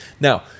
Now